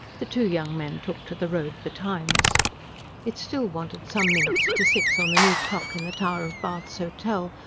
the two young men took to the road betimes it still wanted some minutes to six on the new clock in the tower of bath's hotel,